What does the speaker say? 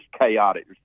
chaotic